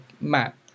map